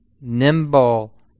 nimble